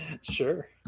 Sure